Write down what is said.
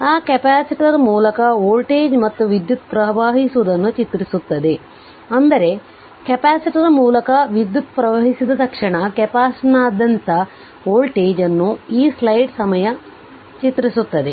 ಆ ಕೆಪಾಸಿಟರ್ ಮೂಲಕ ವೋಲ್ಟೇಜ್ ಮತ್ತು ವಿದ್ಯುತ್ ಪ್ರವಹಿಸಿದನ್ನು ಚಿತ್ರಿಸುತ್ತದೆ ಅಂದರೆ ಕೆಪಾಸಿಟರ್ ಮೂಲಕ ವಿದ್ಯುತ್ ಪ್ರವಹಿಸಿದ ತಕ್ಷಣ ಕೆಪಾಸಿಟರ್ನಾದ್ಯಂತ ವೋಲ್ಟೇಜ್ ಅನ್ನು ಈ ಸ್ಲೈಡ್ ಸಮಯ ಚಿತ್ರಿಸುತ್ತದೆ